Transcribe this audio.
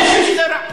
הם חושבים שזה רע.